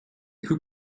plus